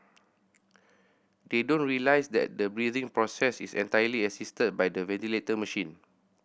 they don't realise that the breathing process is entirely assisted by the ventilator machine